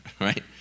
right